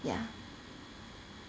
yeah